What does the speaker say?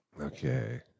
Okay